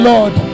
Lord